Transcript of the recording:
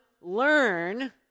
learn